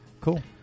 Cool